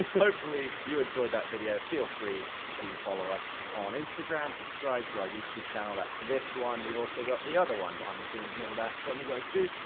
hopefully you enjoyed that video. feel free to follow us on instagram, subscribe to our youtube channel, that's this one. we've also got the other one behind the scenes and all that, slow mo guys two.